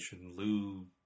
Lou